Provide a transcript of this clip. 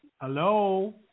Hello